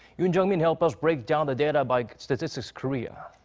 yoon jung-min help us break down the data by statistics korea.